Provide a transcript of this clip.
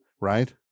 right